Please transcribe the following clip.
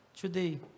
today